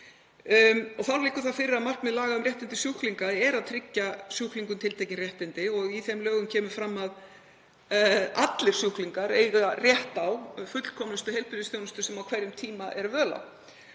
Þá liggur það fyrir að markmið laga um réttindi sjúklinga er að tryggja sjúklingum tiltekin réttindi. Í þeim lögum kemur fram að allir sjúklingar eigi rétt á fullkomnustu heilbrigðisþjónustu sem á hverjum tíma er völ